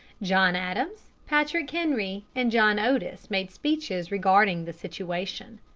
john adams, patrick henry, and john otis made speeches regarding the situation.